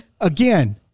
Again